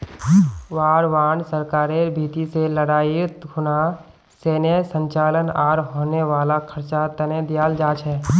war bond सरकारेर भीति से लडाईर खुना सैनेय संचालन आर होने वाला खर्चा तने दियाल जा छे